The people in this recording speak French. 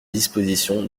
disposition